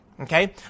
Okay